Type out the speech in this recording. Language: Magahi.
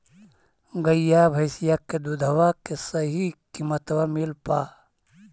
गईया भैसिया के दूधबा के सही किमतबा मिल पा?